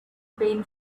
been